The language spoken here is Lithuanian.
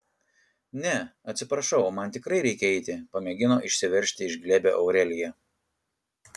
ne atsiprašau man tikrai reikia eiti pamėgino išsiveržti iš glėbio aurelija